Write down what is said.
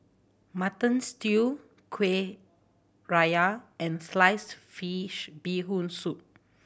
Mutton Stew Kuih Syara and sliced fish Bee Hoon Soup